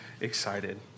excited